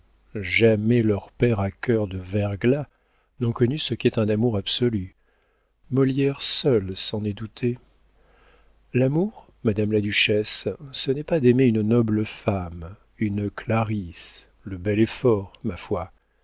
jamais leurs pères à cœur de verglas n'ont connu ce qu'est un amour absolu molière seul s'en est douté l'amour madame la duchesse ce n'est pas d'aimer une noble femme une clarisse le bel effort ma foi